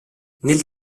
nel